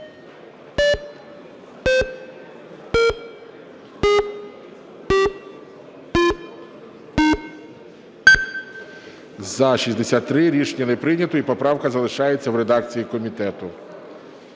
За-63 Рішення не прийнято. І поправка залишається в редакції комітету.